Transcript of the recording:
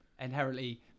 inherently